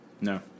No